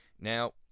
Now